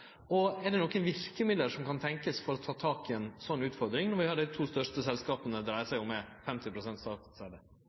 Og: Er det nokre verkemiddel som ein kan tenkje seg for å ta tak i ei slik utfordring, når vi høyrer at dei to største selskapa det dreier seg